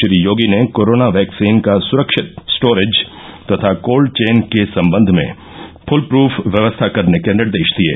श्री योगी ने corona vaccine का सुरक्षित स्टोरेज तथा कोल्ड चेन के सम्बन्ध में फ्लप्रफ व्यवस्था करने के निर्देश दिये